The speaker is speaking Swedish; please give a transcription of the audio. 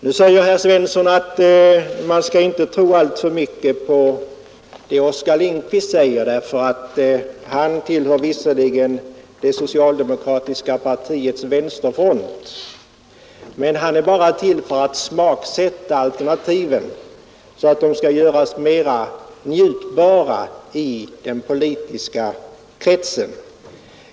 Nu säger herr Svensson att man inte skall tro alltför mycket på Oskar Lindkvist, för han tillhör visserligen det socialdemokratiska partiets vänsterfront, men han är bara till för att smaksätta alternativen så att de kan göras mera njutbara i den politiska kretsen.